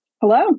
Hello